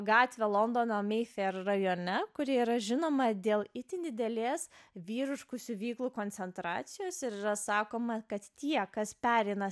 gatvę londono meifer rajone kuri yra žinoma dėl itin didelės vyriškų siuvyklų koncentracijos ir yra sakoma kad tie kas pereina